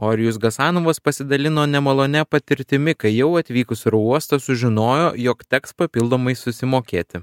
orijus gasanovas pasidalino nemalonia patirtimi kai jau atvykus į oro uostą sužinojo jog teks papildomai susimokėti